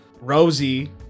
Rosie